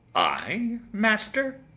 i, master?